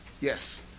yes